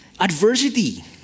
adversity